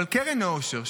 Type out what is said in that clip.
אבל קרן העושר,